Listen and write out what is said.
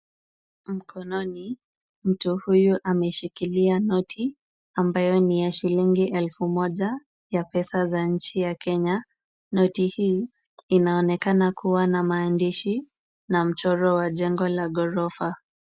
Mkononi mtu huyu ameshikilia noti, ambayo ni ya shilingi elfu moja ya pesa za nchi ya Kenya. Noti hii inaonekana kuwa na maandishi na mchoro wa jengo la ghorofa.